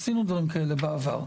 ועשינו דברים כאלה בעבר,